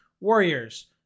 Warriors